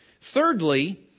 thirdly